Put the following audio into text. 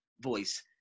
voice